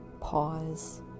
pause